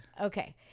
Okay